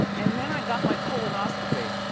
and then i got my colonoscopy.